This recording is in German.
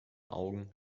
augen